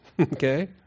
Okay